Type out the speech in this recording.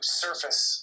surface